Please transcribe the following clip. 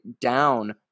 down